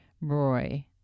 Roy